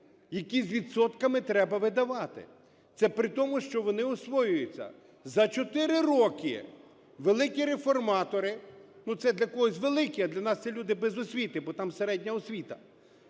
які з відсотками треба віддавати. Це при тому, що вони освоюються. За 4 роки великі реформатори – ну, це для когось великі, а для нас це люди без освіти, бо там середня освіта,